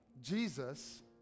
Jesus